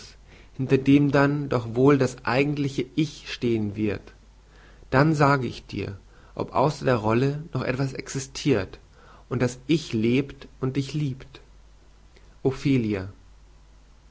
hinter dem dann doch wohl das eigentliche ich stehen wird dann sage ich dir ob außer der rolle noch etwas existirt und das ich lebt und dich liebt ophelia